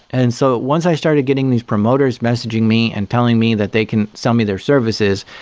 and so once i started getting these promoters messaging me and telling me that they can sell me their services,